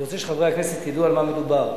אני רוצה שחברי הכנסת ידעו על מה מדובר.